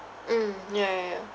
mm ya ya ya